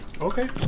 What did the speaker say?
Okay